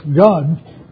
God